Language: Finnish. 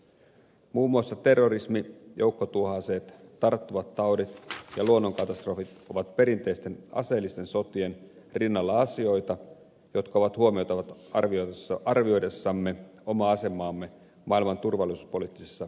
muun muassa terrorismi joukkotuhoaseet tarttuvat taudit ja luonnonkatastrofit ovat perinteisten aseellisten sotien rinnalla asioita jotka on huomioitava arvioidessamme omaa asemaamme maailman turvallisuuspoliittisessa kentässä